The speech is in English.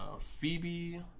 Phoebe